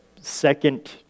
second